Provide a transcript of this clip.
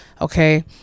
okay